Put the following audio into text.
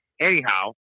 Anyhow